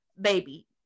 baby